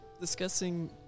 discussing